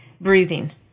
breathing